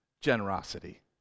generosity